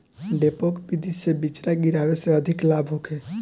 डेपोक विधि से बिचरा गिरावे से अधिक लाभ होखे?